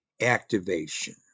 activation